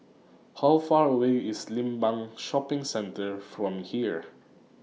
How Far away IS Limbang Shopping Centre from here